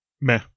Meh